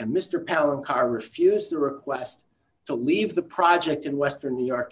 and mr palen car refused a request to leave the project in western new york